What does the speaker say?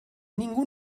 ningú